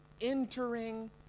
Entering